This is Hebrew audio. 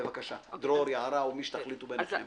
בבקשה, דרור, יערה או מי שתחליטו ביניכם.